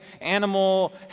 animal